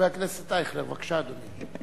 חבר הכנסת אייכלר, בבקשה, אדוני.